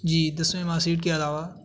جی دسویں mark sheet کے علاوہ